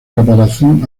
caparazón